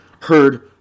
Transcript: heard